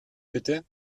bitte